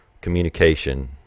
communication